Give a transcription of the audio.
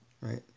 right